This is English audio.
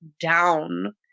down